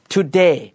Today